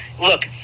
Look